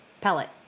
Pellet